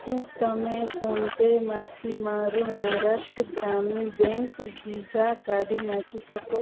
શું તમે ફોનપેમાંથી મારું મહારાષ્ટ્ર ગ્રામીણ બેંક વિઝા કાઢી નાખી શકો